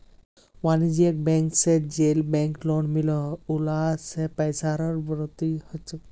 वानिज्ज्यिक बैंक से जेल बैंक लोन मिलोह उला से पैसार बढ़ोतरी होछे